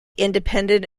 independent